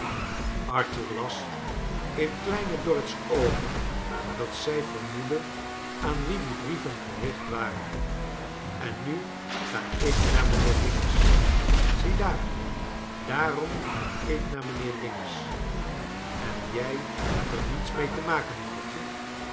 arthur las in kleine dorrit's oogen dat zij vermoedde aan wien die brieven gericht waren en nu ga ik naar mijnheer dinges ziedaar daarom ga ik naar mijnheer dinges en jij hebt er niets mee te maken moedertje